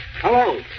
Hello